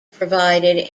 provided